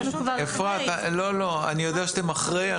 אפרת, אני יודע שאתם אחרי.